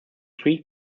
three